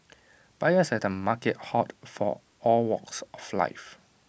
buyers at the markets hailed from all walks of life